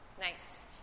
Nice